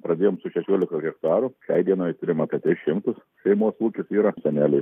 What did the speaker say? pradėjom su šešiolika hektarų šiai dienai turim apie tris šimtus šeimos ūkis yra seneliai